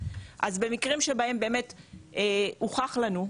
אז במקרים שבהם באמת הוכח לנו,